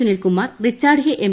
Sunilkumar Richard H M